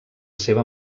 seva